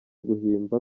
guhimba